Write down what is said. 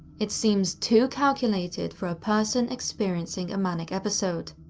it seems too calculated for a person experiencing a manic episode.